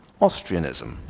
Austrianism